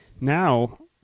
Now